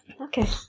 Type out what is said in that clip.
okay